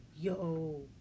yo